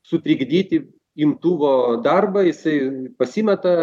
sutrikdyti imtuvo darbą jisai pasimeta